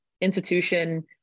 institution